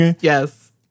Yes